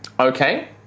Okay